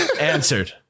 answered